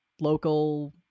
local